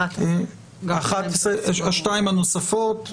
11. 11. יש את השתיים הנוספות,